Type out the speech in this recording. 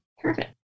Perfect